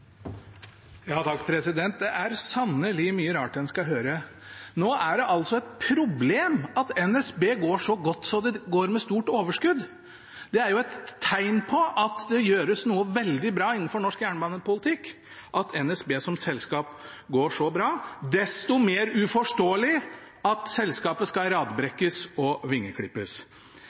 Det er sannelig mye rart en skal høre. Nå er det altså et problem at NSB går så godt at det går med et stort overskudd. Det er jo et tegn på at det gjøres noe veldig bra innenfor norsk jernbanepolitikk, at NSB som selskap går så bra. Desto mer uforståelig er det at selskapet skal radbrekkes og vingeklippes.